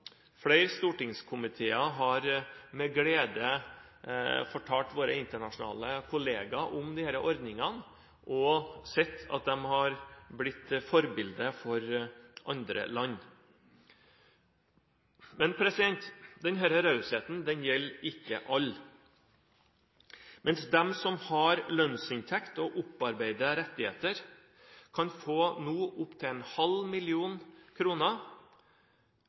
flere stortingskomiteer med glede har fortalt sine internasjonale kolleger om disse ordningene og sett at de har blitt forbilde for andre land. Men denne rausheten gjelder ikke alle. Mens de som har lønnsinntekt og opparbeidede rettigheter, nå kan få opptil en halv million kroner,